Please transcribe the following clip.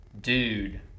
dude